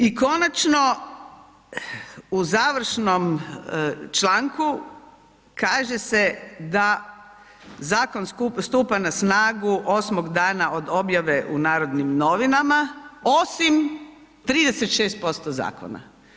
I konačno u završnom članku kaže se zakon stupa na snagu osmog dana od objave u Narodnim novinama, osim 36% zakona.